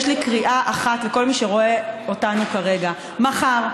יש לי קריאה אחת לכל מי שרואה אותנו כרגע: מחר,